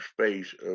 space